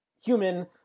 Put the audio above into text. human